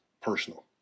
personal